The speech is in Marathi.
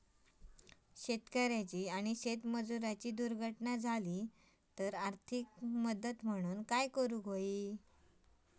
शेतकऱ्याची आणि शेतमजुराची दुर्घटना झाली तर आर्थिक मदत काय करूची हा?